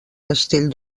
castell